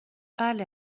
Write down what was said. بله